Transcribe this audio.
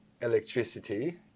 electricity